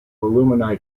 alumni